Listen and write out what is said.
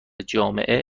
جامعه